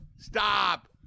Stop